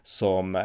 som